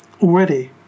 already